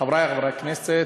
חברי חברי הכנסת,